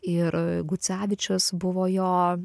ir gucevičius buvo jo